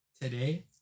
today